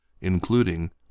including